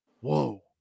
whoa